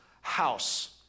house